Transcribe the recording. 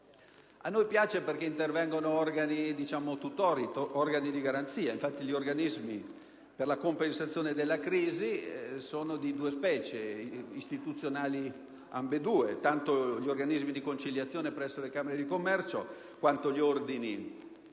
A noi piace perché intervengono organi tutori e di garanzia. Gli organismi per la compensazione della crisi sono di due specie, ambedue istituzionali, tanto gli organismi di conciliazione presso le Camere di commercio quanto gli ordini